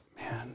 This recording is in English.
man